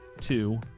two